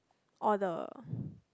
all the